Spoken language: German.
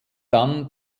dann